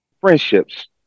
friendships